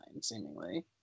Seemingly